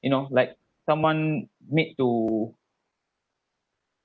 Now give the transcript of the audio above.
you know like someone made to